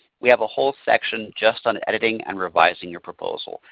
we have a whole section just on editing and revising your proposal.